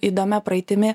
įdomia praeitimi